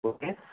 okay